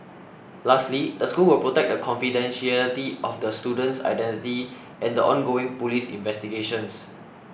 lastly the school will protect the confidentiality of the student's identity and the ongoing police investigations